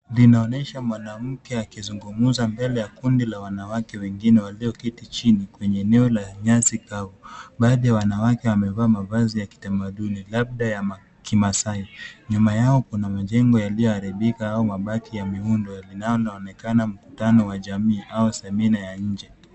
Linaonyesha mwanamke akizungumza mbele ya kundi la wanawake wengine walioketi chini kwenye eneo la nyasi kavu. Baadhi ya wanawake wamevaa mavazi ya kitamaduni labda ya kimaasai. Nyuma yao kuna majengo yaliyoharibika au mabati ya miundo linaloonekana mkutano wa jamii au semina ya nje.